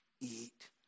eat